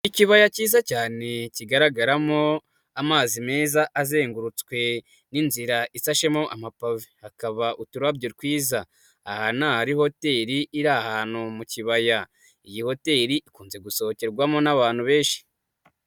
Ikibaya cyiza cyane kigaragaramo amazi meza azengurutswe n'inzira isashemo amapave, hakaba uturarobyo twiza, aha ni ahari hoteli iri ahantu mu kibaya, iyi hoteli ikunze gusohokerwamo n'abantu benshi.